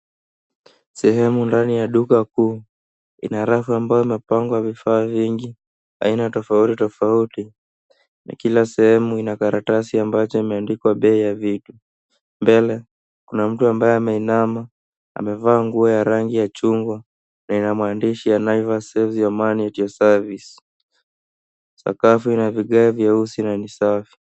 Sehemu ndani ya duka kuu, ina rafu ambao imepangwa vifaa vingi aina tafauti tafauti na kila sehemu ina karatasi ambacho imeandikwa pei ya vitu mbele kuna mtu ambaye ameinama, amevaa nguo ya rangi ya chungwa na ina maandishi ya Naivas save your money at your service sakafu ina vigae vyeusi na ni safi.